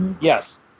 Yes